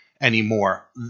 Anymore